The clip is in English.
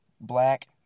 black